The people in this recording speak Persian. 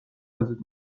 ازت